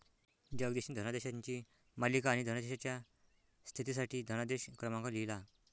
जगदीशने धनादेशांची मालिका आणि धनादेशाच्या स्थितीसाठी धनादेश क्रमांक लिहिला